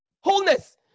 Wholeness